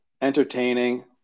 entertaining